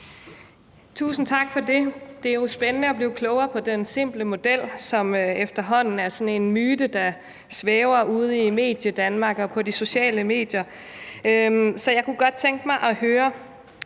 Tusind tak for det. Det er jo spændende at blive klogere på den simple model, som efterhånden er sådan en myte, der svæver ude i Mediedanmark og på de sociale medier. Jeg kunne godt tænke mig at høre: